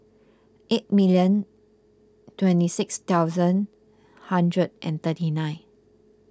eight million twenty six thousand hundred and thirty nine